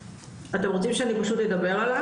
אתם רוצים שאני פשוט אדבר עליו?